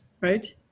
right